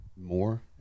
more